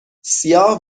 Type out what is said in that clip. سیاه